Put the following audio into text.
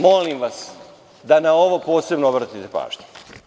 Molim vas da na ovo posebno obratite pažnju.